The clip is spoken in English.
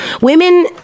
Women